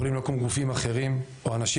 יכולים לקום גופים אחרים או אנשים